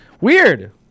Weird